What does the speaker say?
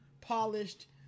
polished